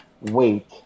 wait